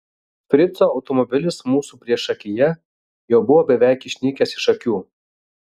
frico automobilis mūsų priešakyje jau buvo beveik išnykęs iš akių